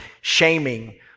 shaming